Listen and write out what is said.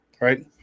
right